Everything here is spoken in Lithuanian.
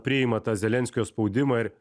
priima tą zelenskio spaudimą ir